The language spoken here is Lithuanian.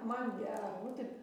man gera nu taip